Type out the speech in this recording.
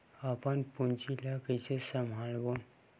अपन पूंजी ला कइसे संभालबोन?